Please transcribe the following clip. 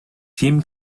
team